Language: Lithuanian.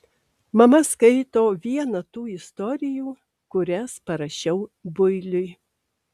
mama skaito vieną tų istorijų kurias parašiau builiui